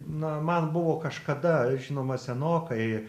na man buvo kažkada žinoma senokai